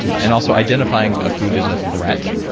and also, identifying a food as a threat,